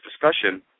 discussion